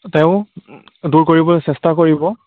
তেওঁ দূৰ কৰিবলৈ চেষ্টা কৰিব